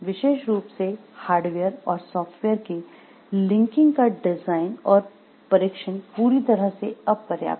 विशेष रूप से हार्डवेयर और सॉफ़्टवेयर के लिंकिंग का डिज़ाइन और परीक्षण पूरी तरह से अपर्याप्त थे